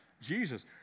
Jesus